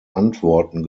antworten